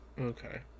Okay